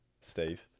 Steve